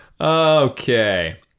okay